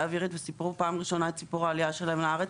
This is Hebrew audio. האווירית וסיפרו את סיפור העלייה שלהם לארץ.